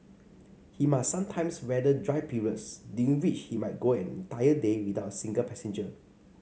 he must sometimes weather dry periods during which he might go an entire day without a single passenger